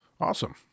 Awesome